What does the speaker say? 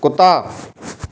ਕੁੱਤਾ